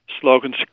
slogans